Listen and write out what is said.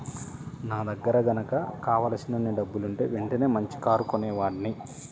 నా దగ్గర గనక కావలసినన్ని డబ్బులుంటే వెంటనే మంచి కారు కొనేవాడ్ని